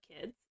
kids